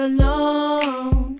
alone